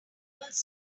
valuable